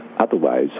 otherwise